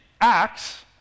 Acts